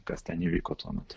kas ten įvyko tuo metu